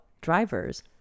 drivers